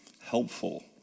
helpful